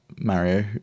mario